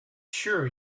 sure